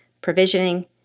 provisioning